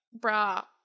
bra